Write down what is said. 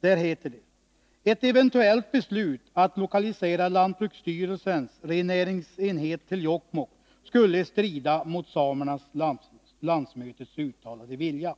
Där heter det: ”Ett eventuellt beslut att lokalisera Lantbruksstyrelsens rennäringsenhet till Jokkmokk skulle strida mot samernas landsmötes uttalade vilja.”